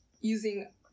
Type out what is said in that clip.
using